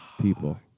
people